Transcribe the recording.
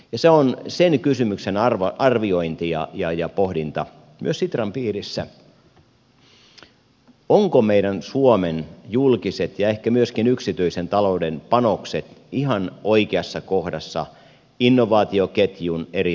se on sen kysymyksen arviointi ja pohdinta myös sitran piirissä ovatko meidän suomen julkiset ja ehkä myöskin yksityisen talouden panokset ihan oikeassa kohdassa innovaatioketjun eri vaiheissa